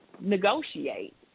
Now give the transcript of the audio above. Negotiate